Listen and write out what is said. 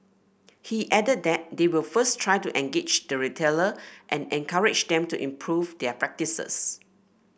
he added that they will first try to engage the retailer and encourage them to improve their practices